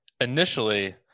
initially